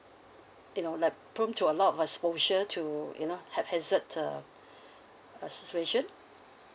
you know like prone to a lot of exposure to you know haphazard uh uh situation